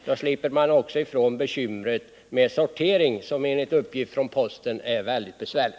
Då skulle man också slippa bekymret med sorteringen, som enligt uppgift från posten är väldigt besvärlig.